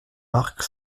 marc